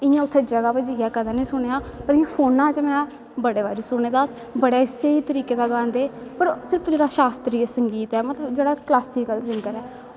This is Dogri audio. इयां उत्थें जगा पर जाईयै कदैं नी सुनेंआं पर इयां फोना चा में बड़े बारी सुने दा बड़े स्हेई तरीके दा गांदे सिर्फ जेह्ड़ा शास्त्री संगीत ऐ जेह्ड़ा कलासिकल सिंगर ऐ